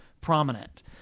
prominent